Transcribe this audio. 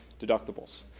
deductibles